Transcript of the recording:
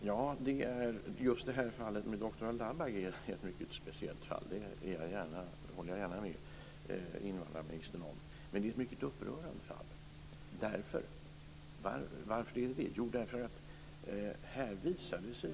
Fru talman! Ja, just det här fallet med doktor Al Dabbagh är ett mycket speciellt fall. Det håller jag gärna med invandrarministern om. Men det är ett mycket upprörande fall. Varför är det det? Jo, därför att här visar det sig .